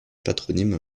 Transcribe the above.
patronyme